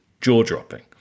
jaw-dropping